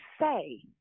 say